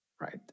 right